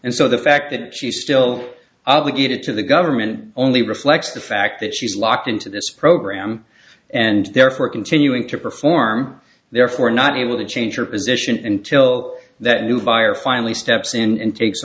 and so the fact that she still obligated to the government only reflects the fact that she's locked into this program and therefore continuing to perform therefore not able to change her position until that new fire finally steps in and takes